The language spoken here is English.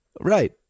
Right